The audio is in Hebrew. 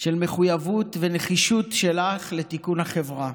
של מחויבות ונחישות שלך לתיקון החברה,